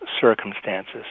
circumstances